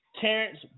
Terrence